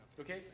okay